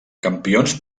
campions